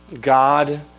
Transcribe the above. God